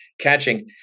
catching